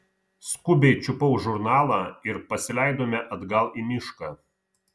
skubiai čiupau žurnalą ir pasileidome atgal į mišką